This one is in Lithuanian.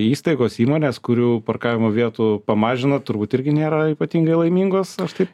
įstaigos įmonės kurių parkavimo vietų pamažino turbūt irgi nėra ypatingai laimingos aš taip